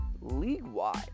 league-wide